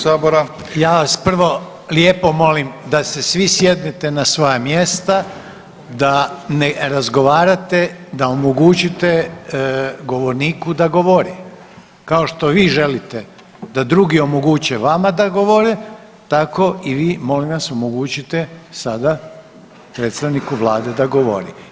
Ja vas prvo lijepo molim da se svi sjednete na svoja mjesta, da ne razgovarate, da omogućite govorniku da govori, kao što vi želite da drugi omoguće vama da govore, tako i vi molim vas omogućite sada predstavniku vlade da govori.